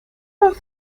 los